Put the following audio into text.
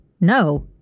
No